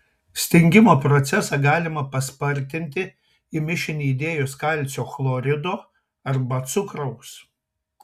stingimo procesą galima paspartinti į mišinį įdėjus kalcio chlorido arba cukraus